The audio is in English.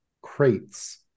crates